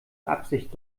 absicht